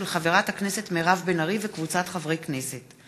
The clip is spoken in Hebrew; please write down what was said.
של חברת הכנסת מירב בן ארי וקבוצת חברי הכנסת.